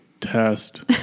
test